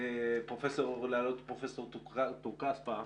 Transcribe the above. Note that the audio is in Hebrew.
פרופ' טור-כספא,